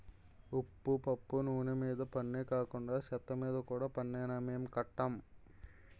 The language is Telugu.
ఉప్పు పప్పు నూన మీద పన్నే కాకండా సెత్తమీద కూడా పన్నేనా మేం కట్టం